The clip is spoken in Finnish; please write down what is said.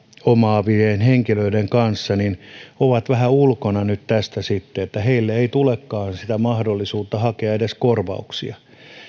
omaavien henkilöiden kanssa ovat vähän ulkona nyt tästä sitten että heille ei tulekaan sitä mahdollisuutta hakea edes korvauksia